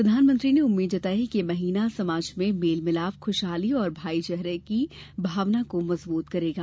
प्रधानमंत्री ने उम्मीद जताई है कि ये महीना समाज में मेल मिलाप ख्शहाली और भाईचारे की भावना को मजबूत करेगा